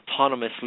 autonomously